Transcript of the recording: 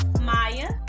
Maya